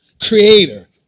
creator